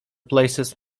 places